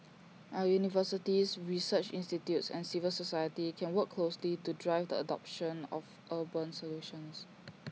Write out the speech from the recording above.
our universities research institutes and civil society can work closely to drive the adoption of urban solutions